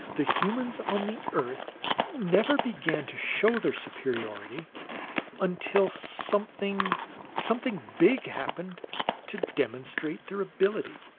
the humans on the earth never began to show their superiority until something something big, happened to demonstrate their ability!